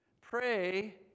pray